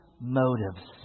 motives